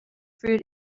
fruit